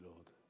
Lord